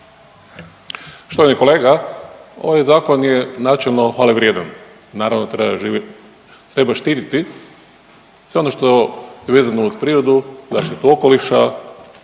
Štovani kolega, ovaj zakon je načelno hvale vrijedan. Naravno treba štititi se ono što je vezano uz prirodu, zaštitu okoliša